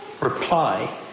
Reply